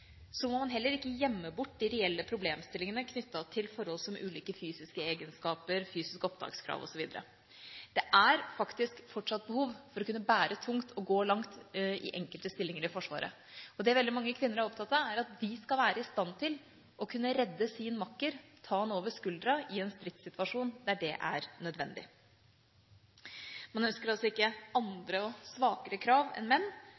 må man heller ikke gjemme bort de reelle problemstillingene knyttet til forhold som ulike fysiske egenskaper, fysiske opptakskrav osv. Det er faktisk fortsatt behov for å kunne bære tungt og gå langt i enkelte stillinger i Forsvaret. Det veldig mange kvinner er opptatt av, er at de skal være i stand til å kunne redde sin makker, ta han over skuldra i en stridssituasjon der det er nødvendig. Man ønsker altså ikke andre og svakere krav enn menn,